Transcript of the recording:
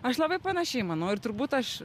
aš labai panašiai manau ir turbūt aš